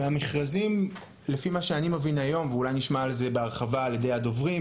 המכרזים לפי מה שאני מבין היום ונשמע על כך בהרחבה ע"י הדוברים